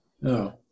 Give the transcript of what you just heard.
No